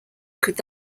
could